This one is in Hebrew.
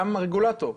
גם הרגולטור.